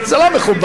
זה לא מכובד.